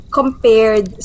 compared